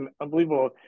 unbelievable